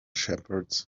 shepherds